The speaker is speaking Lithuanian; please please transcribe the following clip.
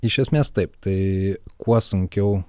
iš esmės taip tai kuo sunkiau